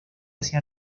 hacia